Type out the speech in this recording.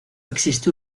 existe